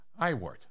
Iwart